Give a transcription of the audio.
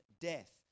death